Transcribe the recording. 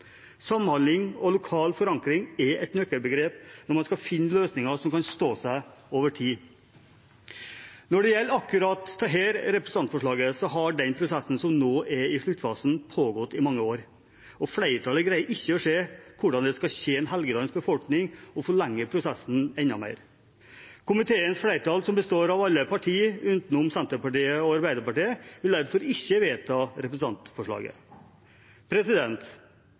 Samhandling og lokal forankring er et nøkkelbegrep når man skal finne løsninger som kan stå seg over tid. Når det gjelder akkurat dette representantforslaget, har den prosessen som nå er i sluttfasen, pågått i mange år, og flertallet greier ikke å se hvordan det skal tjene Helgelands befolkning å forlenge prosessen enda mer. Komiteens flertall, som består av alle partier utenom Senterpartiet og Arbeiderpartiet, vil derfor ikke vedta representantforslaget.